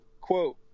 quote